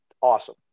awesome